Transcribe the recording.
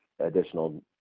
additional